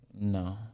No